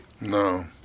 No